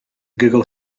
google